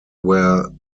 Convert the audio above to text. where